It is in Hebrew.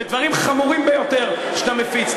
בדברים חמורים ביותר שאתה מפיץ.